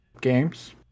games